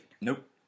Nope